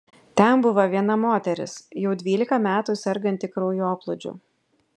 ten buvo viena moteris jau dvylika metų serganti kraujoplūdžiu